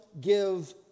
give